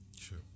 Sure